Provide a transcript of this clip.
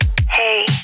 Hey